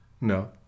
No